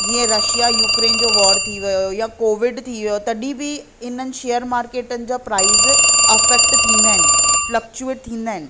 जीअं Russia Ukraine जो war थी वियो या कोविड थी वियो त तॾहिं बि इन्हनि शेयर मार्केटनि जा प्राइज़ अफेक्ट थींदा आहिनि फ्लक्चुएट थींदा आहिनि